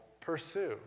pursue